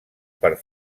per